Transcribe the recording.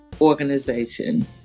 organization